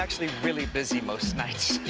actually really busy most nights.